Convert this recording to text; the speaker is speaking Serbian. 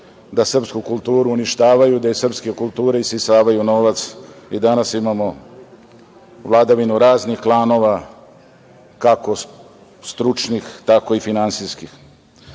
da srpsku kulturu uništavaju, da iz srpske kulture usisavaju novac i danas imamo vladavinu raznih klanova kako stručnih tako i finansijskih. Drugo